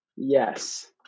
Yes